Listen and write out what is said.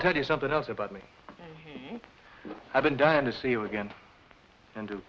i'll tell you something else about me i've been dying to see you again and do